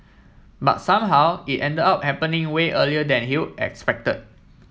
but somehow it end up happening way earlier than you expected